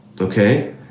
okay